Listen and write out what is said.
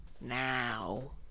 Now